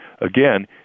Again